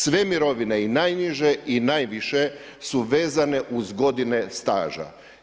Sve mirovine i najniže i najviše su vezane uz godine staža.